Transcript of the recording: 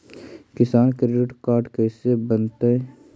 किसान credit card कैसे बनतै?